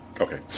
Okay